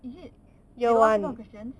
is it they got ask this kind of question